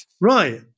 Right